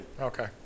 Okay